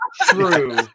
True